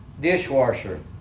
Dishwasher